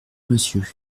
monsieur